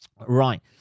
Right